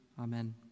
Amen